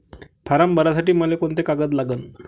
Form भरासाठी मले कोंते कागद लागन?